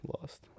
Lost